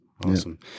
Awesome